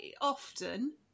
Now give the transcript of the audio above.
often